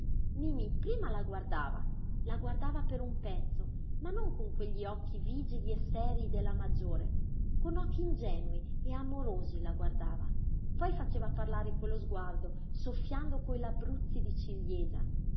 mimí prima la guardava la guardava per un pezzo ma non con quegli occhi vigili e serii della maggiore con occhi ingenui e amorosi la guardava poi faceva parlare quello sguardo soffiando coi labbruzzi di ciliegia